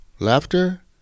Laughter